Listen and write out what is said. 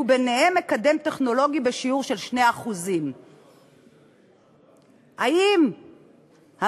וביניהם מקדם טכנולוגי בשיעור של 2%. האם מאז